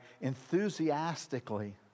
enthusiastically